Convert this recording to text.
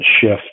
shift